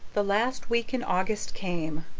the last week in august came.